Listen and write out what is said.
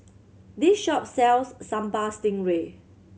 this shop sells Sambal Stingray